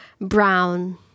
brown